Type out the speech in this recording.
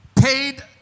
paid